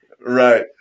Right